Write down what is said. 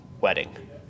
Wedding